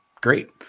great